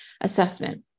assessment